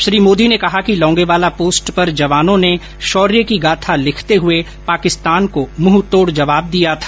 श्री मोदी ने कहा कि लोंगेवाला पोस्ट पर जवानों ने शौर्य की गाथा लिखते हुए पाकिस्तान को मुंहतोड जवाब दिया था